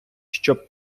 щоб